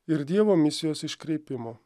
ir dievo misijos iškreipimo